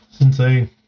insane